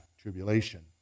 tribulation